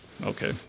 okay